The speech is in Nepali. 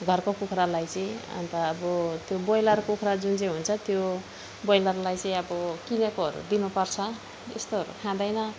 घरको कुखुरालाई चाहिँ अन्त अब त्यो बोइलर कुखुरा जुन चाहिँ हुन्छ त्यो बोइलरलाई चाहिँ अब किनेकोहरू दिनु पर्छ यस्तोहरू खाँदैन